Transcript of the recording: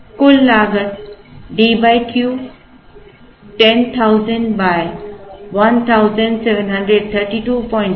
कुल लागत D Q 10000 173205300 plus Q2